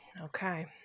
okay